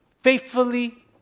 faithfully